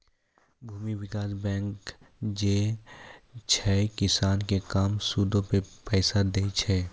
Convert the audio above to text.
भूमि विकास बैंक जे छै, किसानो के कम सूदो पे पैसा दै छे